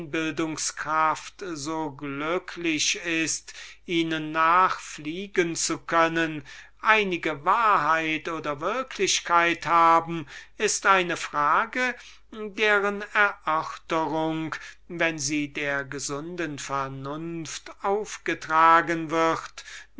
so glücklich ist ihnen nachfliegen zu können einige wahrheit oder würklichkeit haben ist eine frage deren erörterung nicht zum vorteil derselben ausfällt wenn sie der gesunden vernunft aufgetragen wird